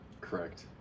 Correct